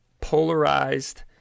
polarized